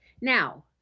Now